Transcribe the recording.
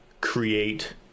create